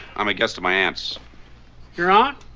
i'm a guest of my aunt's you're on